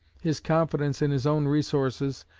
his confidence in his own resources,